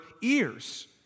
ears